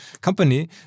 company